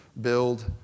build